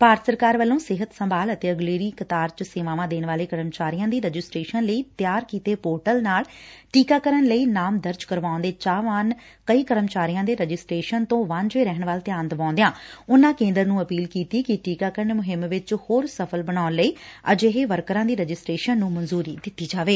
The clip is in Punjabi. ਭਾਰਤ ਸਰਕਾਰ ਵੱਲੋਂ ਸਿਹਤ ਸੰਭਾਲ ਅਤੇ ਅਗਲੇਰੀ ਕਤਾਰ ਚ ਸੇਵਾਵਾਂ ਦੇਣ ਵਾਲੇ ਕਰਮਚਾਰੀਆਂ ਦੀ ਰਜਿਸਟ੍ਰੇਸ਼ਨ ਲਈ ਤਿਆਰ ਕੀਤੇ ਪੋਰਟਲ ਨਾਲ ਟੀਕਾਕਰਨ ਲਈ ਨਾਮ ਦਰਜ ਕਰਵਾਉਣ ਦੇ ਚਾਹਵਾਨ ਕਈ ਕਰਮਚਾਰੀਆਂ ਦੇ ਰਜਿਸਟਰੇਸ਼ਨ ਤੋਂ ਵਾਂਝੇ ਰਹਿਣ ਵੱਲ ਧਿਆਨ ਦਿਵਾਉਦਿਆਂ ਉਨਾਂ ਕੇਂਦਰ ਨੂੰ ਅਪੀਲ ਕੀਤੀ ਕਿ ਟੀਕਾਕਰਨ ਮੁਹਿੰਮ ਨੂੰ ਹੋਰ ਸਫਲ ਬਣਾਉਣ ਲਈ ਅਜਿਹੇ ਵਰਕਰਾਂ ਦੀ ਰਜਿਸਟ੍ਰੇਸ਼ਨ ਨੂੰ ਮਨਜ਼ੂਰੀ ਦਿੱਤੀ ਜਾਵੇਂ